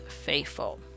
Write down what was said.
faithful